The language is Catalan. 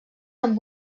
amb